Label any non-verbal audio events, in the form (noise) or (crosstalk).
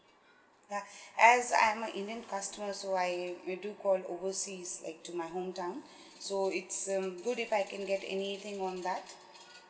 yeah (breath) as I'm a indian customer also I will do call overseas back to my hometown so it's um good if I can get anything on that